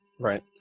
Right